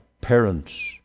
parents